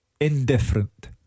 Indifferent